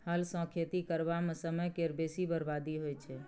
हल सँ खेती करबा मे समय केर बेसी बरबादी होइ छै